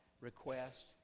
request